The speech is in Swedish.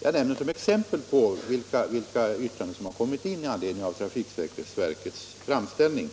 Jag nämner detta som exempel på vilka remissyttranden som har kommit in i anledning av trafiksäkerhetsverkets framställning.